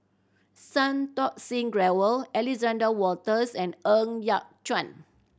Santokh Singh Grewal Alexander Wolters and Ng Yat Chuan